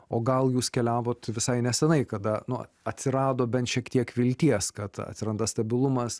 o gal jūs keliavot visai neseniai kada nu atsirado bent šiek tiek vilties kad atsiranda stabilumas